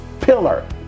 pillar